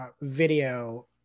video